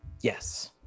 yes